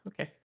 Okay